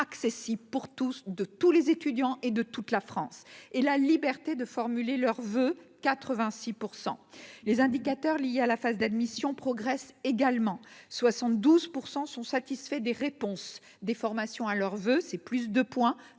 accessibles pour tous, de tous les étudiants et de toute la France et la liberté de formuler leurs voeux quatre-vingt-six % les indicateurs liés à la phase d'admission progresse également 72 % sont satisfaits des réponses, des formations à leurs voeux, c'est plus de points